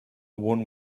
one